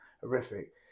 Horrific